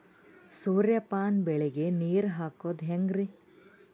ಸೂರ್ಯಪಾನ ಬೆಳಿಗ ನೀರ್ ಹಾಕೋದ ಹೆಂಗರಿ?